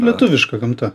lietuviška gamta